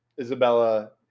Isabella